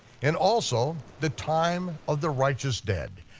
and also, the time of the righteous dead,